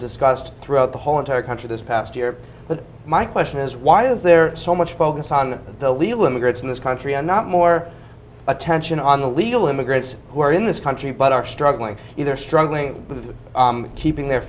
discussed throughout the whole entire country this past year but my question is why is there so much focus on the illegal immigrants in this country are not more attention on the illegal immigrants who are in this country but are struggling if they're struggling with keeping their